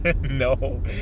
No